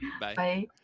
Bye